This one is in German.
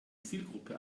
zielgruppe